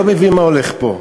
לא מבין מה הולך פה.